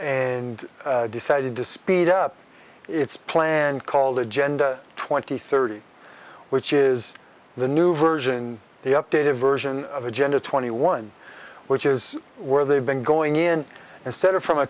and decided to speed up its plan called agenda twenty thirty which is the new version the updated version of agenda twenty one which is where they've been going in instead of from a